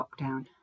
lockdown